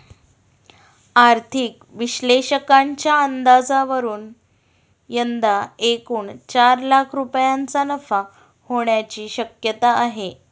आर्थिक विश्लेषकांच्या अंदाजावरून यंदा एकूण चार लाख रुपयांचा नफा होण्याची शक्यता आहे